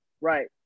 Right